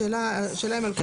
השאלה אם כל כל 34. כן,